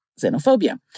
xenophobia